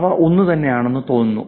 അവ ഒന്നുതന്നെയാണെന്ന് തോന്നുന്നു